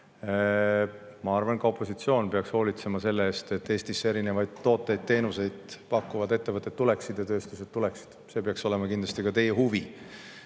Ma arvan, et ka opositsioon peaks hoolitsema selle eest, et Eestisse erinevaid tooteid-teenuseid pakkuvad ettevõtted ja tööstused tuleksid. See peaks olema kindlasti ka teie huvi,